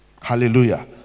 Hallelujah